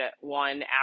one